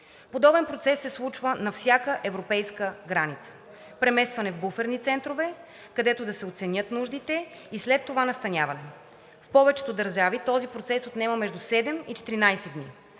Подобен процес се случва на всяка европейска граница. Преместване в буферни центрове, където да се оценят нуждите и след това настаняване. В повечето държави този процес отнема между 7 и 14 дни.